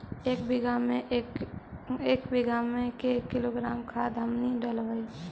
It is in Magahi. एक बीघा मे के किलोग्राम खाद हमनि डालबाय?